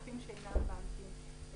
הגופים שאינם בנקים,